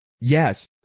Yes